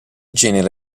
genere